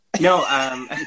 No